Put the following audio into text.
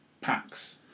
packs